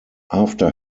after